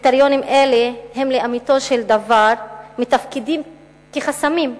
קריטריונים אלה לאמיתו של דבר מתפקדים כחסמים.